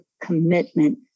commitment